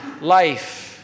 life